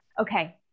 okay